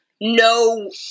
no